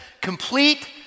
complete